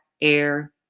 air